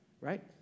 right